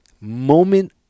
moment